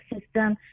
system